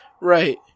Right